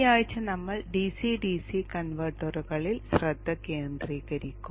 ഈ ആഴ്ച നമ്മൾ DC DC കൺവെർട്ടറുകളിൽ ശ്രദ്ധ കേന്ദ്രീകരിക്കും